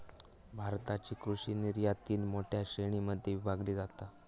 भारताची कृषि निर्यात तीन मोठ्या श्रेणीं मध्ये विभागली जाता